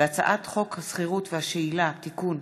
הצעת חוק השכירות והשאילה (תיקון),